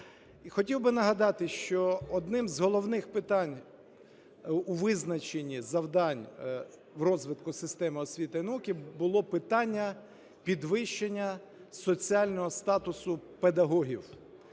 хотів би нагадати, що одним з головних питань у визначенні завдань в розвитку системи освіти і науки було питання підвищення соціального статусу педагогів,